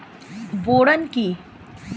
Boron কি?